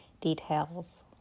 details